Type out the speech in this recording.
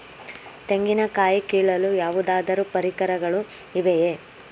ತೆಂಗಿನ ಕಾಯಿ ಕೀಳಲು ಯಾವುದಾದರು ಪರಿಕರಗಳು ಇವೆಯೇ?